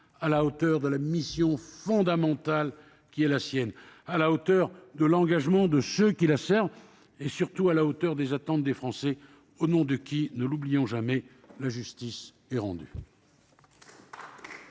à la hauteur de la mission fondamentale qui est la sienne, à la hauteur de l'engagement de ceux qui la servent et, surtout, à la hauteur des attentes des Français, au nom desquels, ne l'oublions jamais, la justice est rendue.